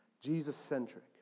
Jesus-centric